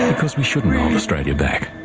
because we shouldn't hold australia back.